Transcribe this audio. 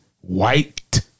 White